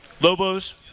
Lobos